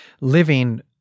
living